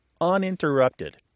uninterrupted